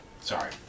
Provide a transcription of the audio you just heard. Sorry